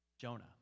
Jonah